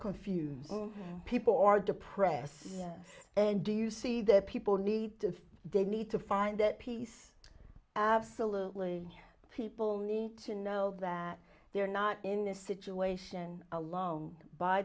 confused people are depressed and do you see that people need to they need to find that peace absolutely people need to know that they're not in a situation alone by